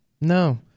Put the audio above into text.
no